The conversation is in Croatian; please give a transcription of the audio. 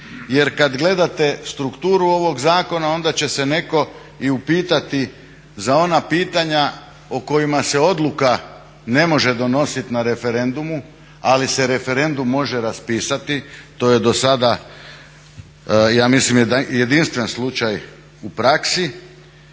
jer kad gledate strukturu ovog zakona onda će se netko i upitati za ona pitanja o kojima se odluka ne može donositi na referendumu ali se referendum može raspisati. To je dosada ja mislim jedinstven slučaj u praksi.